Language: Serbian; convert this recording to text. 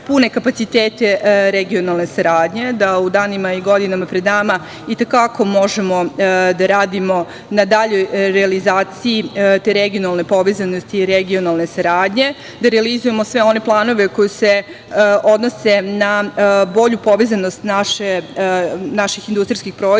pune kapacitete regionalne saradnje. U danima i godinama pred nama i te kako možemo da radimo na daljoj realizaciji te regionalne povezanosti i regionalne saradnje, da realizujemo sve one planove koji se odnose na bolju povezanost naših industrijskih proizvoda